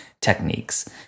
techniques